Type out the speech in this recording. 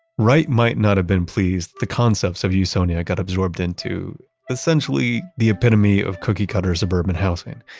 wright might not have been pleased the concepts of usonia got absorbed into essentially the epitome of cookie-cutter suburban housing,